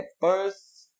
first